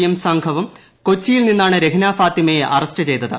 യും സംഘവും കൊച്ചിയിൽ നിന്നാണ് രഹ്ന ഫാത്തിമയെ അറസ്റ് ചെയ്തത്